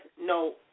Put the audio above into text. no